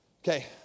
Okay